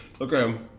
Okay